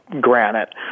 granite